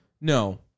No